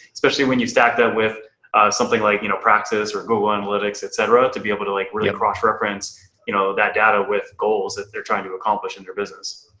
especially when you stack that with something like, you know practice or google analytics, et cetera, to be able to like really cross-reference you know that data with goals that they're trying to accomplish in their business.